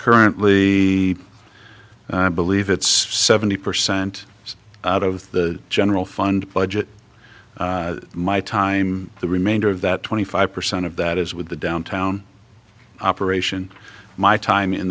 currently i believe it's seventy percent out of the general fund budget my time the remainder of that twenty five percent of that is with the downtown operation my time in